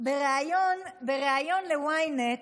בריאיון ל-ynet